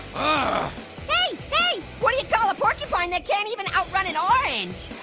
ah hey, hey, what do you call a porcupine that can't even outrun an orange?